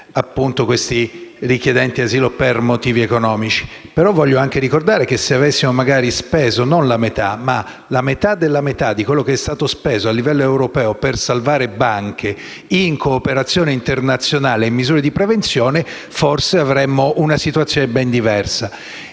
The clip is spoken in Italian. in mare i richiedenti asilo per motivi economici. Ma voglio anche ricordare che, se avessimo speso la metà della metà di quanto è stato speso a livello europeo per salvare banche in cooperazione internazionale e misure di prevenzione, forse avremmo una situazione ben diversa.